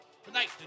Tonight